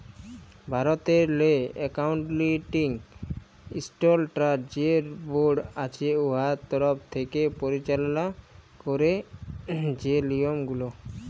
ভারতেরলে accounting standard যে board আছে উয়ার তরফ থ্যাকে পরিচাললা ক্যারে যে লিয়মগুলা